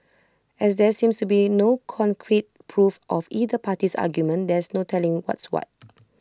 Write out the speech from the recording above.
as there seems to be no concrete proof of either party's argument there's no telling what's what